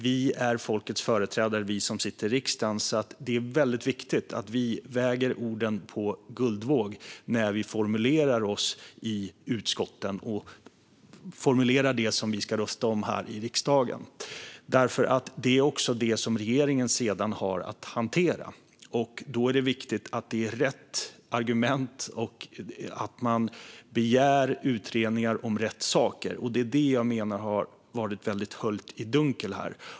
Vi som sitter i riksdagen är folkets företrädare, så det är väldigt viktigt att vi väger orden på guldvåg när vi formulerar oss i utskotten och formulerar det som vi ska rösta om här i riksdagen. Det är ju detta som regeringen sedan har att hantera, och då är det viktigt att det är rätt argument och att man begär utredningar om rätt saker. Det är det här som jag menar har varit väldigt höljt i dunkel.